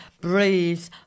breathe